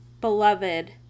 beloved